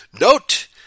Note